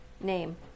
name